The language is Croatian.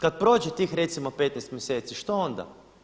Kad prođe tih recimo 15 mjeseci što onda?